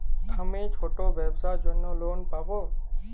আমি ছোট ব্যবসার জন্য লোন পাব?